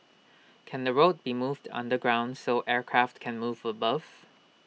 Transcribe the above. can the road be moved underground so aircraft can move above